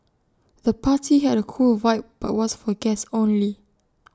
the party had A cool vibe but was for guests only